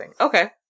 okay